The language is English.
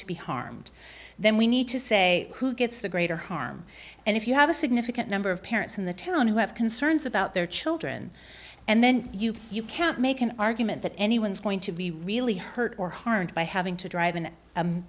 to be harmed then we need to say who gets the greater harm and if you have a significant number of parents in the town who have concerns about their children and then you you can't make an argument that anyone's going to be really hurt or harmed by having to drive in